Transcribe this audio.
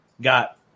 got